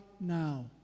now